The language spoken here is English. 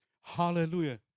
Hallelujah